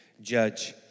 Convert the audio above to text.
judge